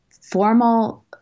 formal